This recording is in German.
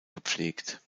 gepflegt